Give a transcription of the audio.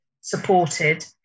supported